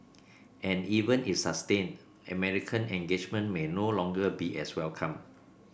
and even if sustained American engagement may no longer be as welcome